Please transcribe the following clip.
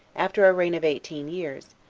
after a reign of eighteen years,